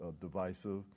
divisive